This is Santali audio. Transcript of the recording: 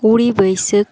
ᱠᱩᱲᱤ ᱵᱟᱹᱭᱥᱟᱹᱠ